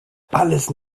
alles